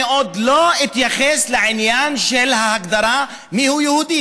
אני עוד לא אתייחס לעניין של ההגדרה מיהו יהודי,